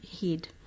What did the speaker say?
head